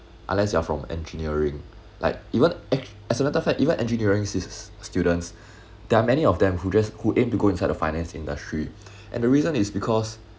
unless you are from engineering like even ac~ as a matter of fact even engineering sis~ students there are many of them who just who aim to go inside the finance industry and the reason is because